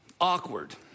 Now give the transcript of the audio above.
awkward